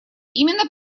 именно